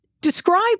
describe